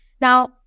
Now